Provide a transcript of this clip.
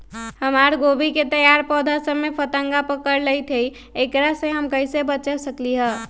हमर गोभी के तैयार पौधा सब में फतंगा पकड़ लेई थई एकरा से हम कईसे बच सकली है?